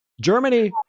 Germany